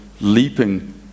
leaping